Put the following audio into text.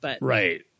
Right